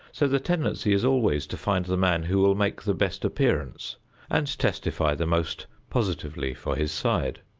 so the tendency is always to find the man who will make the best appearance and testify the most positively for his side.